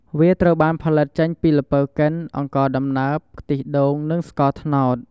វាត្រូវបានផលិតចេញពីល្ពៅកិន អង្ករដំណើប ខ្ទិះដូង និងស្ករត្នោត។